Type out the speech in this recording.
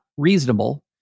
reasonable